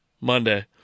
Monday